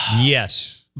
yes